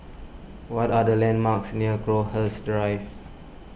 what are the landmarks near Crowhurst Drive